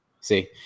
See